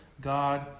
God